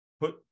put